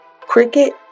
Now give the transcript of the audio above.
Cricket